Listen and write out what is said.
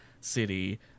city